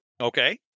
Okay